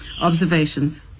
observations